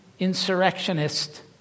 insurrectionist